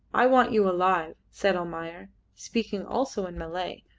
i want you alive, said almayer, speaking also in malay,